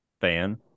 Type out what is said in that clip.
fan